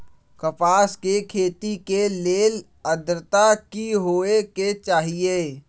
कपास के खेती के लेल अद्रता की होए के चहिऐई?